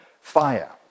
fire